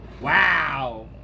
wow